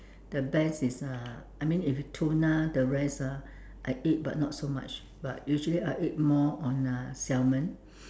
the best is uh I mean if tuna the rest ah I eat but not so much but usually I eat more on uh salmon